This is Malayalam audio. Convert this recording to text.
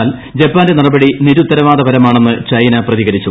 എന്നാൽ ജപ്പാന്റെ നടപടി നിരുത്തരവാദപരമാണെന്ന് ചൈന പ്രതികരിച്ചു